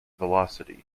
velocity